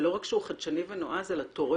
לא רק שהוא חדשני ונועז הוא גם תורם